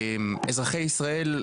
אזרחי ישראל,